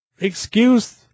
excuse